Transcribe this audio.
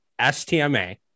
STMA